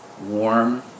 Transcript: warm